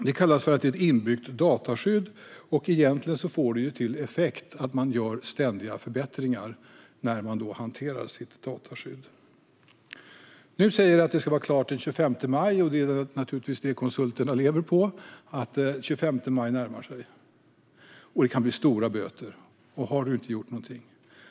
Det kallas för ett inbyggt dataskydd. Egentligen får det som effekt ständiga förbättringar i hanteringen av ens dataskydd. Nu ska detta vara klart den 25 maj. Det är naturligtvis det som konsulterna lever på, att den 25 maj närmar sig och att det kan bli höga böter om man inte har det man ska.